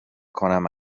کنم